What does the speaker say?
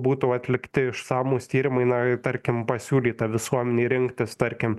būtų atlikti išsamūs tyrimai na tarkim pasiūlyta visuomenei rinktis tarkim